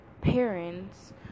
parents